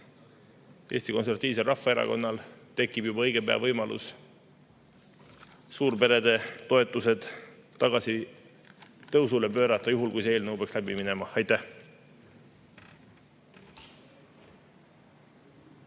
Eesti Konservatiivsel Rahvaerakonnal tekib juba õige pea võimalus suurperede toetused tagasi tõusule pöörata, juhul kui see eelnõu peaks läbi minema. Aitäh!